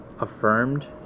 affirmed